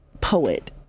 poet